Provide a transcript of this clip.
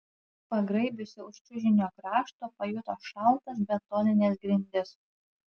pagraibiusi už čiužinio krašto pajuto šaltas betonines grindis